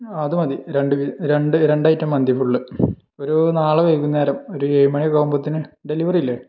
ആ അത് മതി രണ്ട് ബി രണ്ട് ഐറ്റം മന്തി ഫുള്ള് ഒരു നാളെ വൈകുന്നേരം ഒരു ഏഴ് മണി ഒക്കെ ആകുമ്പത്തേന് ഡെലിവെറി ആവില്ലെ